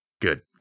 Good